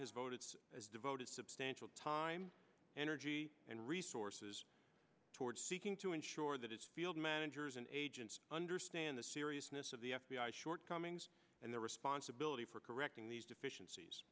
has voted as devoted substantial time energy and resources toward seeking to ensure that his field managers and agents understand the seriousness of the f b i shortcomings and their responsibility for correcting these deficiencies